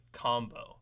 combo